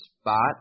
spot